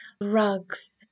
rugs